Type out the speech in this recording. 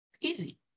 easy